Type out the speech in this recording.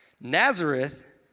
Nazareth